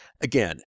Again